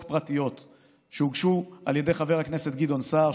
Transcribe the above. פרטיות שהוגשו על ידי חבר הכנסת גדעון סער,